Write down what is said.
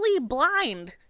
blind